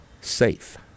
safe